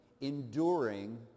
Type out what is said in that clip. enduring